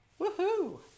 Woohoo